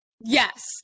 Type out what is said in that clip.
yes